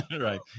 Right